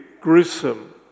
gruesome